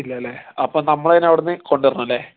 ഇല്ല അല്ലേ അപ്പം നമ്മൾ തന്നെ അവിടുന്ന് കൊണ്ട് വരണം അല്ലേ